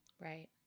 Right